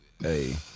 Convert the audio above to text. hey